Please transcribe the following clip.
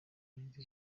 minsi